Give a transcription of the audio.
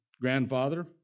grandfather